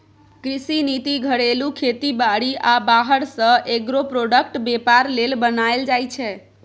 कृषि नीति घरेलू खेती बारी आ बाहर सँ एग्रो प्रोडक्टक बेपार लेल बनाएल जाइ छै